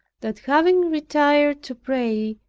that having retired to pray,